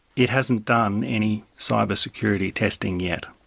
it hasn't done any cyber security testing yet,